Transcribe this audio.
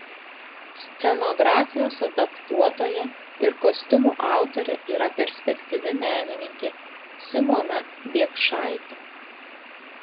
scenografijos adaptuotoja ir kostiumų autorė yra perspektyvi menininkė simona biekšaitė